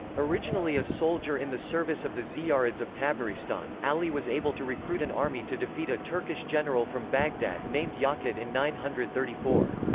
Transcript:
originally a soldier in the service of the ziyarids of tabaristan, ali was able to recruit an army to defeat a turkish general from baghdad named yaqut in nine hundred and thirty four.